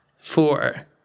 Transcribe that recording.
four